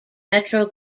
metro